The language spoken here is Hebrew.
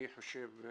אני חושב,